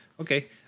Okay